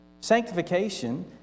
Sanctification